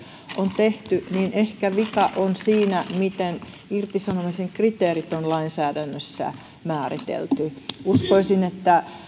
on tehty niin ehkä vika on siinä miten irtisanomisen kriteerit on lainsäädännössä määritelty uskoisin että